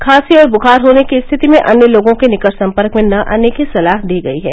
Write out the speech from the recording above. खांसी और बुखार होने की स्थिति में अन्य लोगों के निकट संपर्क में न आने की सलाह दी गई है